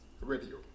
Radio